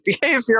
behavior